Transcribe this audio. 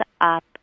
up